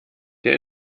der